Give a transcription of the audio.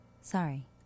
Sorry